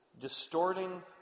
distorting